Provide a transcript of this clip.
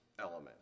element